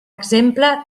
exemple